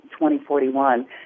2041